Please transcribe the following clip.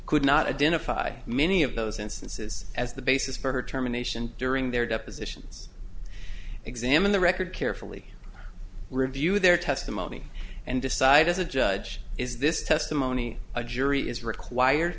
could not identify many of those instances as the basis for her terminations during their depositions examine the record carefully review their testimony and decide as a judge is this testimony a jury is required